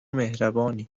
مهربانی